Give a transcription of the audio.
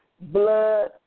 blood